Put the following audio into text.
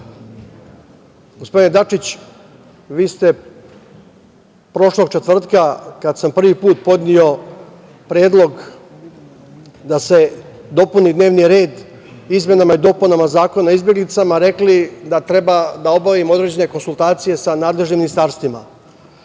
gospodine Dačić vi ste prošlog četvrtka kad sam prvi put podneo predlog da se dopuni dnevni red izmenama i dopunama Zakona o izbeglicama, rekli da treba da obavimo određene konsultacije sa nadležnim ministarstvima. Ja